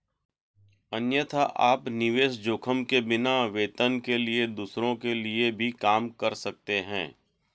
अन्यथा, आप निवेश जोखिम के बिना, वेतन के लिए दूसरों के लिए भी काम कर सकते हैं